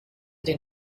den